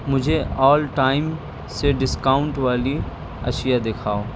مجھے all time سے discount والی اشیاء دکھاؤ